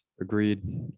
Agreed